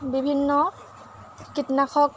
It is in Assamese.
বিভিন্ন কীটনাশক